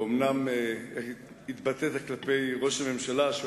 ואומנם התבטאת כלפי ראש הממשלה באמירה